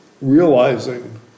realizing